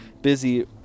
busy